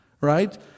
right